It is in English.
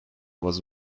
was